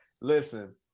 Listen